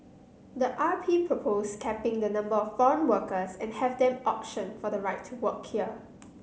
the R P proposed capping the number of foreign workers and have them auction for the right to work here